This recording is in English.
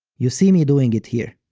you see me doing it here.